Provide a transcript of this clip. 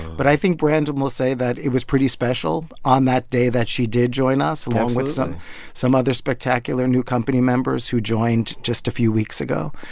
but i think brandon will say that it was pretty special on that day that she did join us. absolutely. along with some some other spectacular new company members who joined just a few weeks ago.